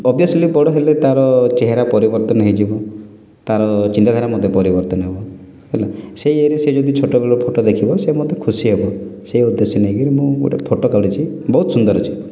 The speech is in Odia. ଓଭିଅସ୍ଲୀ ବଡ଼ ହେଲେ ତା'ର ଚେହେରା ପରିବର୍ତ୍ତନ ହୋଇଯିବ ତା'ର ଚିନ୍ତାଧାରା ମଧ୍ୟ ପରିବର୍ତ୍ତନ ହେବ ହେଲା ସେ ଇଏରେ ସେ ଯଦି ଛୋଟ ବେଳ ଫଟୋ ଦେଖିବ ସେ ମଧ୍ୟ ଖୁସି ହେବ ସେଇ ଉଦ୍ଦେଶ୍ୟ ନେଇକି ମୁଁ ଗୋଟେ ଫଟୋ କାଢ଼ିଛି ବହୁତ ସୁନ୍ଦର ଅଛି ଫଟୋ